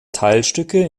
teilstücke